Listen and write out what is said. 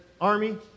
army